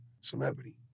celebrity